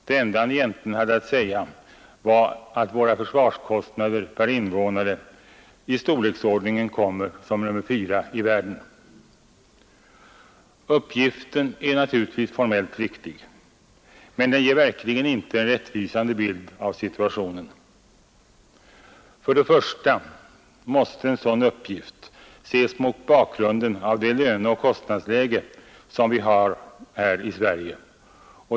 Det enda han egentligen hade att säga var att våra försvarskostnader per invånare i storleksordning kommer som nummer fyra i världen. Uppgiften är naturligtvis formellt riktig, men den ger verkligen inte en rättvisande bild av situationen. För det första måste en sådan uppgift ses mot bakgrunden av det löneoch kostnadsläge som vi har i Sverige.